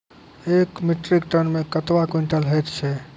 एक metric ton मे कतवा क्वींटल हैत छै?